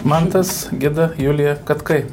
mantas gida julija katkai